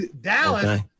Dallas